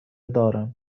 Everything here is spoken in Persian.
دارم